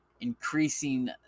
increasing